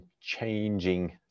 changing